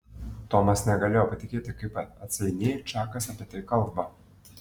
tomas negalėjo patikėti kaip atsainiai čakas apie tai kalba